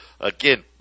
again